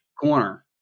corner